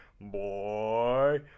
Boy